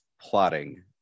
plotting